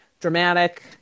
dramatic